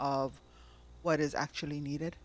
of what is actually needed